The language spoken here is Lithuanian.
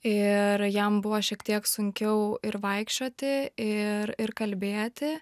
ir jam buvo šiek tiek sunkiau ir vaikščioti ir ir kalbėti